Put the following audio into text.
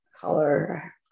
color